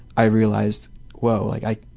i realized woah, like i